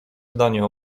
zdanie